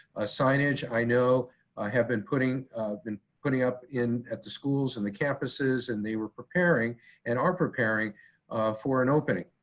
ah signage, i know i have been putting been putting up in at the schools and the campuses and they were preparing and are preparing for an opening.